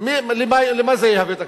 למה זה יהווה תקדים?